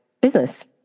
business